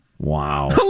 Wow